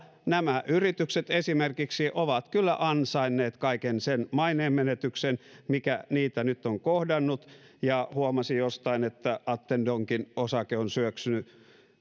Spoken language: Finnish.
nämä yritykset ovat kyllä ansainneet kaiken sen maineen menetyksen mikä niitä nyt on kohdannut ja huomasin jostain että attendonkin osake on syöksynyt